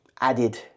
added